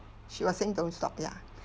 she was saying don't stop ya